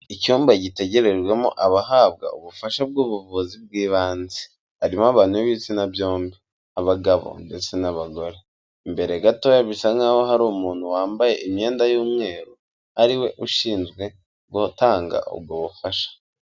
Icyumba gitegerejwemo abahabwa ubufasha bw'ubuvuzi bw'ibanze harimo abantu b'ibitsina byombi abagabo ndetse n'abagore imbere gatoya bisa nkaho hari umuntu wambaye imyenda y'umweru ariwe ushinzwe gutanga ubwo bufasha.